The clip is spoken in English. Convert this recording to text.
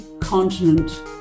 continent